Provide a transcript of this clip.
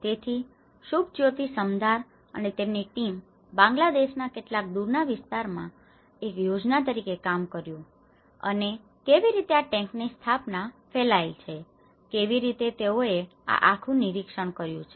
તેથી શુભજ્યોતિ સમદ્દાર અને તેમની ટિમ બાંગ્લાદેશના કેટલાક દૂરના વિસ્તાર માં એક યોજના તરીકે કામ કર્યું હતું અને કેવી રીતે આ ટેન્ક ની સ્થાપના ફેલાયેલ છે અને કેવી રીતે તેઓએ આ આખું નિરીક્ષણ કર્યું છે